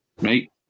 Right